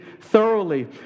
thoroughly